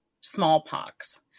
smallpox